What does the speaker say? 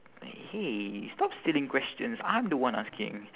hey stop stealing questions I'm the one asking